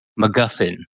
MacGuffin